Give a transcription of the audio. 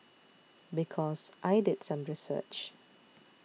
because I did some research